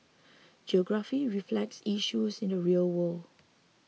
geography reflects issues in the real world